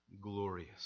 glorious